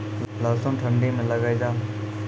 लहसुन ठंडी मे लगे जा?